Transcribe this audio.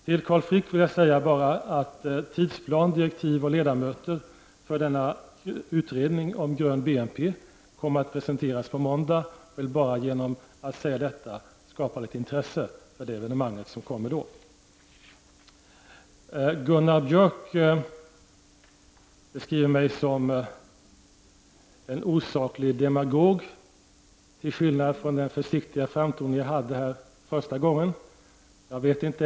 Till Carl Frick vill jag säga att tidsplan, direktiv och ledamöter för denna utredning om grund-BNP kommer att presenteras på måndag. Jag vill genom att säga detta skapa litet intresse för det evenemanget. Gunnar Björk beskriver mig nu som en osaklig demagog och jämför med den försiktiga framtoning jag hade här första gången i kammaren.